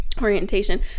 Orientation